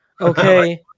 Okay